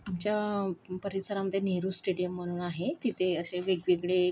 आमच्या परिसरामध्ये नेहरू स्टेडियम म्हणून आहे तिथे असे वेगवेगळे